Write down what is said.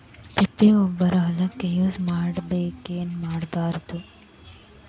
ತಿಪ್ಪಿಗೊಬ್ಬರ ಹೊಲಕ ಯೂಸ್ ಮಾಡಬೇಕೆನ್ ಮಾಡಬಾರದು?